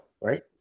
right